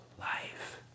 life